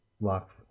lock